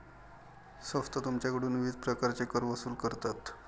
संस्था तुमच्याकडून विविध प्रकारचे कर वसूल करतात